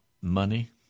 money